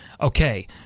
Okay